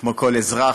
כמו כל אזרח,